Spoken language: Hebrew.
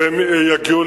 והן יגיעו